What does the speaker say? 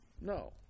No